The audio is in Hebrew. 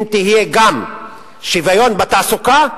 אם יהיה גם שוויון בתעסוקה,